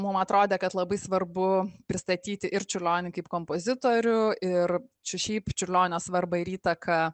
mum atrodė kad labai svarbu pristatyti ir čiurlionį kaip kompozitorių ir šiušiaip čiurlionio svarbą ir įtaką